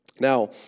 Now